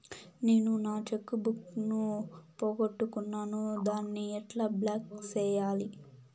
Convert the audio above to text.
నేను నా cheque book ను పోగొట్టుకున్నాను దాన్ని ఎట్లా బ్లాక్ సేయాలి?